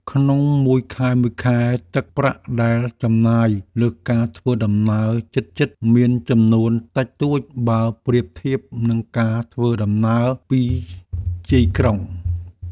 ក្នុងមួយខែៗ ទឹកប្រាក់ដែលចំណាយលើការធ្វើដំណើរជិតៗ មានចំនួនតិចតួចបើប្រៀបធៀបនឹងការធ្វើដំណើរពីជាយក្រុង។